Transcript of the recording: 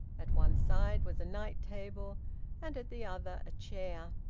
at one side was a night-table, and at the other a chair.